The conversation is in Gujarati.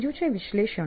બીજું છે વિશ્લેષણ